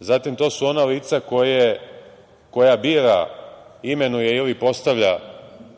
zatim to su ona lica koja bira, imenuje ili postavlja